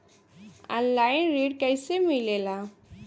Online ऋण कैसे मिले ला?